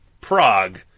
Prague